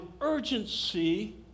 urgency